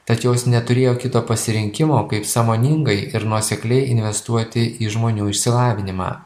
tad jos neturėjo kito pasirinkimo kaip sąmoningai ir nuosekliai investuoti į žmonių išsilavinimą